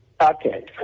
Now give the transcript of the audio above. Okay